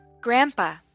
Grandpa